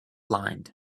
lined